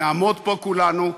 נעמוד פה כולנו,